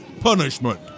Punishment